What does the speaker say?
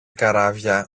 καράβια